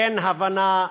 אין הבנה,